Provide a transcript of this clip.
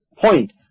point